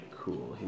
cool